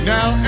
Now